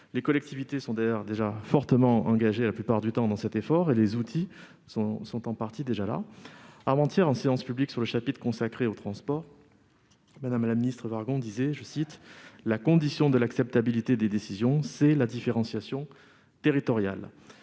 Les collectivités sont d'ailleurs déjà fortement engagées, la plupart du temps, dans cet effort, et les outils sont en partie déjà là. Avant-hier, en séance publique, sur le chapitre consacré aux transports, la ministre Emmanuelle Wargon disait :« La condition de l'acceptabilité des décisions, c'est la différenciation territoriale.